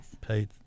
paid